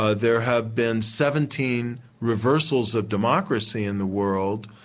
ah there have been seventeen reversals of democracy in the world,